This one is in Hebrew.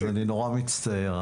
אני נורא מצטער.